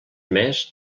més